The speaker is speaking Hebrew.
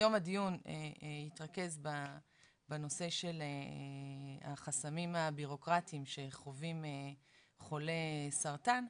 היום הדיון יתרכז בנושא של החסמים הבירוקרטיים שחווים חולי סרטן,